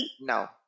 no